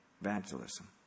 evangelism